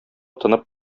тынып